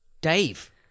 Dave